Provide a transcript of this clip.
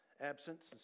absence